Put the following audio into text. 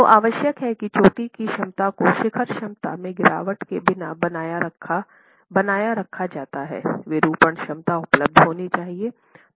तो आवश्यक है कि चोटी की क्षमता को शिखर क्षमता में गिरावट के बिना बनाए रखा जाता है विरूपण क्षमता उपलब्ध होनी चाहिए